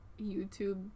YouTube